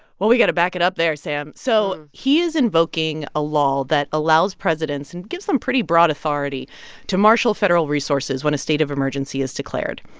well, we've got to back it up there, sam. so he is invoking a law that allows presidents and gives them pretty broad authority to marshal federal resources when a state of emergency is declared.